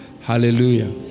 Hallelujah